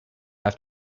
have